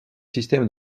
système